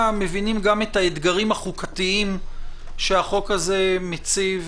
מבינים גם את האתגרים החוקתיים שהחוק הזה מציב